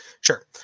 Sure